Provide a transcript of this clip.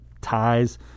ties